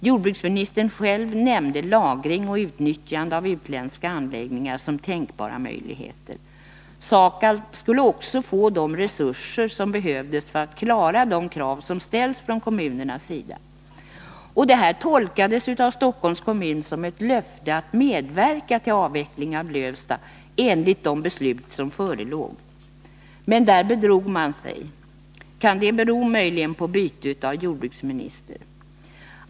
Jordbruksministern nämnde själv lagring och utnyttjande av utländska anläggningar som tänkbara möjligheter. SAKAB skulle också få de resurser som behövs för att klara de krav som ställs från kommunernas sida. Detta tolkades av Stockholms kommun som ett löfte att medverka till avveckling av Lövsta enligt det beslut som förelåg. Men där bedrog man sig. Kan det bero på bytet av utrikesminister?